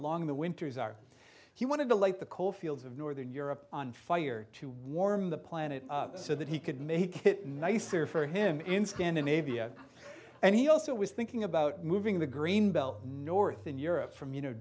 long the winters are he wanted to light the coal fields of northern europe on fire to warm the planet so that he could make it nicer for him in scandinavia and he also was thinking about moving the greenbelt north in europe from you know